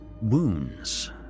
wounds